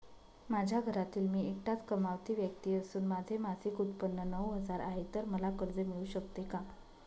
माझ्या घरातील मी एकटाच कमावती व्यक्ती असून माझे मासिक उत्त्पन्न नऊ हजार आहे, तर मला कर्ज मिळू शकते का?